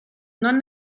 non